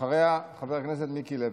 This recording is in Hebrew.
אחריה, חבר הכנסת מיקי לוי.